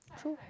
true